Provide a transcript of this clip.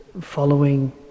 following